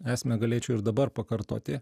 esmę galėčiau ir dabar pakartoti